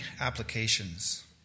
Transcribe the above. applications